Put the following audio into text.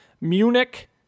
Munich